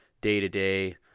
day-to-day